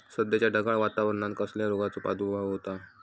सध्याच्या ढगाळ वातावरणान कसल्या रोगाचो प्रादुर्भाव होता?